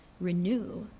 renew